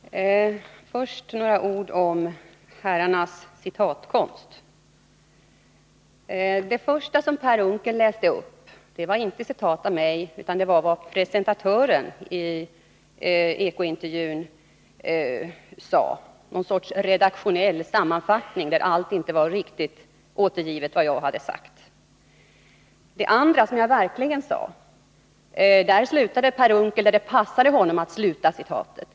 Herr talman! Först några ord om herrarnas citatkonst. Det första som Per Unckel läste upp var inte citat av mig, utan det var vad presentatören i Eko-intervjun sade. Det var någon sorts redaktionell sammanfattning, där inte allt vad jag hade sagt var riktigt återgivet. Det andra citatet, av det som jag verkligen sade, avslutade Per Unckel där det passade honom att sluta.